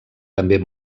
també